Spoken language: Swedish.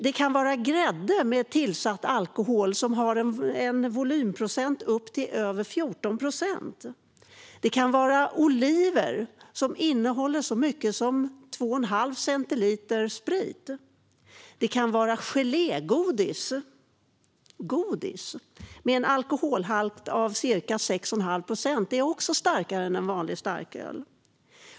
Det kan vara grädde med tillsatt alkohol, med en alkoholhalt på upp till 14 volymprocent. Det kan vara oliver som innehåller så mycket som 2,5 centiliter sprit. Det kan vara gelégodis med en alkoholhalt på ca 6,5 procent; det är också starkare än en vanlig starköl.